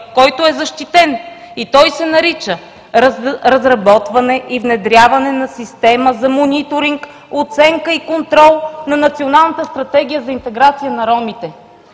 който е защитен, и той се нарича: „Разработване и внедряване на система за мониторинг, оценка и контрол на Националната стратегия за интеграция на ромите“.